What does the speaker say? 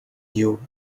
you